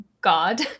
God